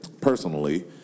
personally